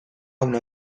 una